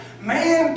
man